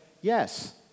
yes